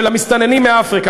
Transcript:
של המסתננים מאפריקה,